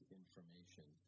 information